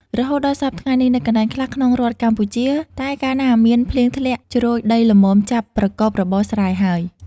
រហូតដល់សព្វថ្ងៃនេះ នៅកន្លែងខ្លះក្នុងរដ្ឋកម្ពុជា តែកាលណាមានភ្លៀងធ្លាក់ជ្រោយដីល្មមចាប់ប្រកបរបរស្រែហើយ។